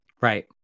Right